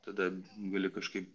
tada gali kažkaip